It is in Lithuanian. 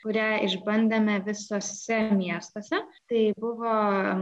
kurią išbandėme visuose miestuose tai buvo